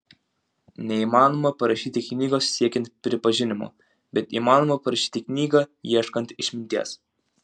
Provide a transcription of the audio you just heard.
neįmanoma parašyti knygos siekiant pripažinimo bet įmanoma parašyti knygą ieškant išminties